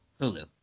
Hulu